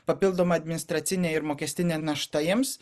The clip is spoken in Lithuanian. papildoma administracinė ir mokestinė našta jiems